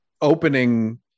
opening